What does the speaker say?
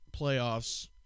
playoffs